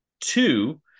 two